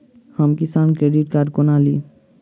हम किसान credit card कोना ली?